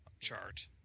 chart